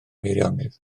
meirionnydd